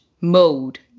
mode